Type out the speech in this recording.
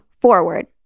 forward